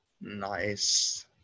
Nice